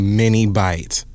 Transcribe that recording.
mini-bite